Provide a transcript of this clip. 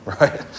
right